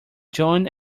joined